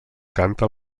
canta